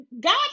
God